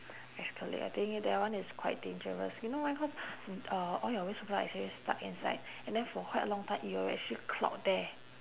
ex colleague I think that one is quite dangerous you know why cause uh all your waste product is already stuck inside and then for quite a long time it will actually clot there